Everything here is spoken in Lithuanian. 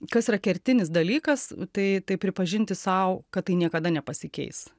kas yra kertinis dalykas tai tai pripažinti sau kad tai niekada nepasikeis